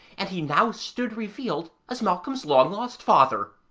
and he now stood revealed as malcolm's long-lost father.